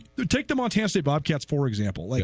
to take them untested bobcats for example like